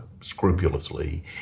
scrupulously